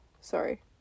Sorry